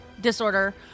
disorder